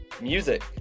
music